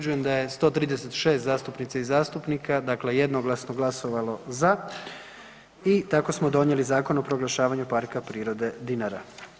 da je 136 zastupnica i zastupnika, dakle jednoglasno glasovalo za i tako smo donijeli Zakon o proglašavanju Parka prirode Dinara.